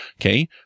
Okay